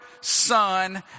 Son